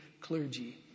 clergy